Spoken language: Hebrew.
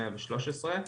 113,